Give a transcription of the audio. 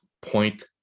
point